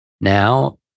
now